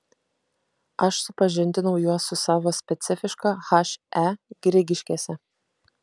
aš supažindinau juos su savo specifiška he grigiškėse